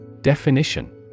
Definition